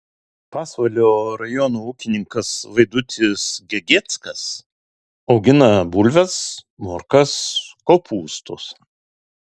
pasvalio rajono ūkininkas vaidutis gegieckas augina bulves morkas kopūstus